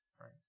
right